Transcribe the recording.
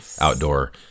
outdoor